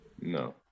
no